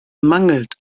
mangelt